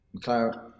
McLaren